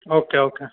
okay okay